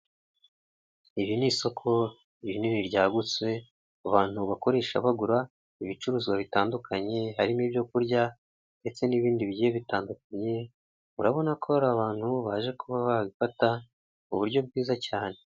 Iri ni isoko rinini ryagutse abantu bakoresha bagura ibicuruzwa bitandukanye harimo ibyo kurya ndetse n'ibindi bigiye bitandukanye, urabona ko hari abantu baje kuba babifata mu buryo bwiza cyane.